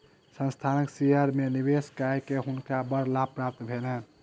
संस्थानक शेयर में निवेश कय के हुनका बड़ लाभ प्राप्त भेलैन